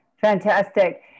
Fantastic